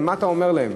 מה אתה אומר להם?